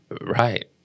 Right